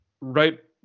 right